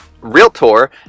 realtor